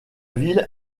ville